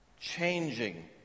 changing